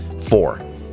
four